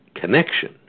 connection